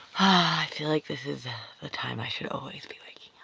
ah i feel like this is the time i should always be like